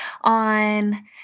on